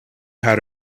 how